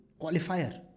Qualifier